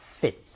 fits